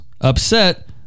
upset